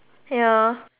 ya